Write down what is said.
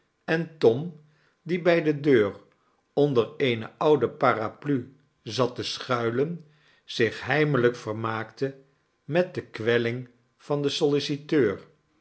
en tom die bij de deur onder eene oude paraplu zat te schuilen zich heimelijk vermaakte met de kwelling van den solliciteur